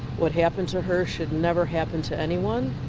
what happened to her should never happen to anyone.